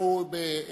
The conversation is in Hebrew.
הוא לא עובר,